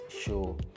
show